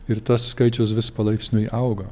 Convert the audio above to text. ir tas skaičius vis palaipsniui auga